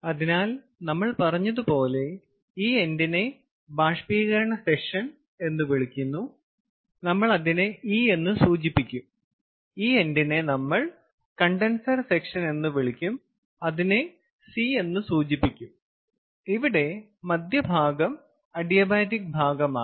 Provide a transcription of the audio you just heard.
അതിനാൽ നമ്മൾ പറഞ്ഞതുപോലെ ഈ എൻഡിനെ ബാഷ്പീകരണ സെക്ഷൻ എന്ന് വിളിക്കുന്നു നമ്മൾ അതിനെ E എന്ന് സൂചിപ്പിക്കും ഈ എൻഡിനെ നമ്മൾ കണ്ടൻസർ സെക്ഷൻ എന്ന് വിളിക്കും അതിനെ C എന്ന് സൂചിപ്പിക്കും ഇവിടെ മധ്യഭാഗം അഡിയാബാറ്റിക് ഭാഗമാണ്